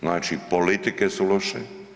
Znači, politike su loše.